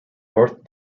north